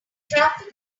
traffic